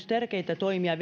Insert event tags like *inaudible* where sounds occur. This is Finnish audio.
*unintelligible* tärkeitä toimia *unintelligible*